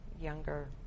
younger